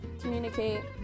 communicate